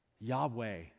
Yahweh